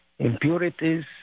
Impurities